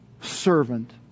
servant